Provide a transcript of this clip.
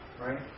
right